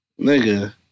Nigga